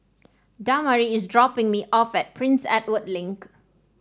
Damari is dropping me off at Prince Edward Link